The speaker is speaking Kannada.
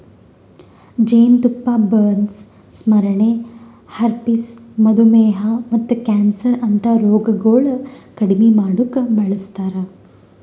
ಜೇನತುಪ್ಪ ಬರ್ನ್ಸ್, ಸ್ಮರಣೆ, ಹರ್ಪಿಸ್, ಮಧುಮೇಹ ಮತ್ತ ಕ್ಯಾನ್ಸರ್ ಅಂತಾ ರೋಗಗೊಳ್ ಕಡಿಮಿ ಮಾಡುಕ್ ಬಳಸ್ತಾರ್